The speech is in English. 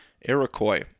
Iroquois